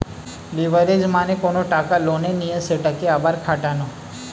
leverage মানে কোনো টাকা লোনে নিয়ে সেটাকে আবার খাটানো